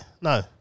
No